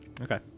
Okay